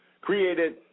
created